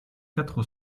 quatre